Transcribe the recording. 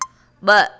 ब॒